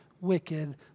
wicked